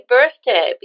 Birthday